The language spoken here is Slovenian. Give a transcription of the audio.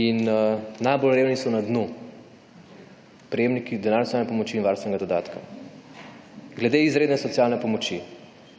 In najbolj revni so na dnu. Prejemniki denarne socialne pomoči in varstvenega dodatka. Glede izredne socialne pomoči.